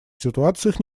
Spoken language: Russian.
ситуациях